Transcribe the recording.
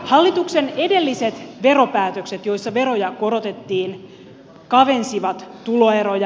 hallituksen edelliset veropäätökset joissa veroja korotettiin kavensivat tuloeroja